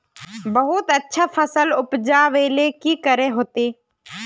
बहुत अच्छा फसल उपजावेले की करे होते?